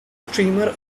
streamer